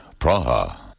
Praha